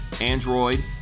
Android